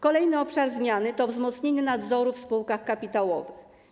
Kolejna zmiana to wzmocnienie nadzoru w spółkach kapitałowych.